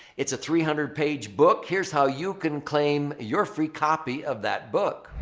it's a three hundred page book. here's how you can claim your free copy of that book.